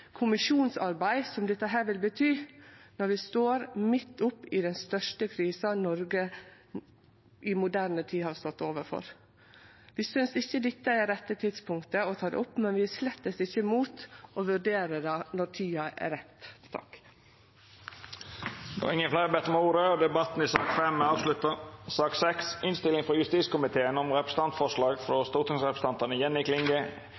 kommisjonsarbeid som dette vil bety, når vi står midt oppe i den største krisa Noreg har stått i i moderne tid. Vi synest ikkje dette er rette tidspunktet å ta det opp, men vi er slett ikkje imot å vurdere det når det er rette tida. Fleire har ikkje bedt om ordet til sak nr. 5. Etter ynske frå justiskomiteen vil presidenten ordna debatten